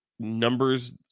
numbers